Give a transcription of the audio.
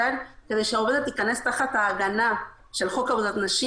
כדי שהעובדת תיכנס תחת ההגנה של חוק עבודת נשים,